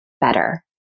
better